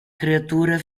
creatura